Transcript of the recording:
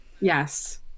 Yes